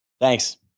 Thanks